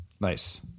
nice